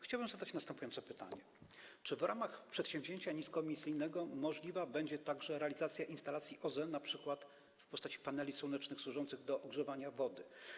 Chciałbym zadać następujące pytanie: Czy w ramach przedsięwzięcia niskoemisyjnego możliwa będzie także realizacja instalacji OZE, np. w postaci paneli słonecznych służących do ogrzewania wody?